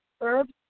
Herbs